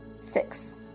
Six